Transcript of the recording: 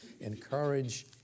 Encourage